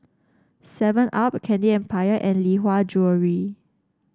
Seven Up Candy Empire and Lee Hwa Jewellery